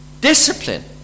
discipline